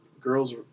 girls